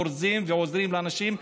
אורזים ועוזרים לאנשים,